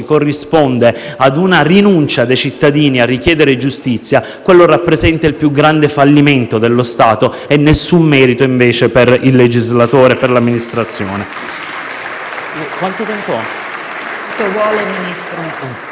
corrisponde a una rinuncia dei cittadini a richiedere giustizia, quello rappresenta il più grande fallimento dello Stato e nessun merito invece per il legislatore e per l'Amministrazione. *(Applausi dal Gruppo